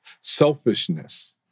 selfishness